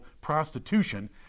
prostitution